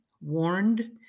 warned